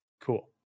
Cool